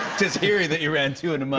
just hearing that you ran two in a month.